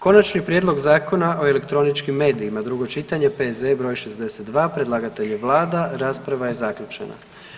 Konačni prijedlog Zakona o elektroničkim medijima, drugo čitanje, P.Z.E. br. 62, predlagatelj je Vlada, rasprava je zaključena.